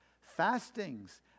Fastings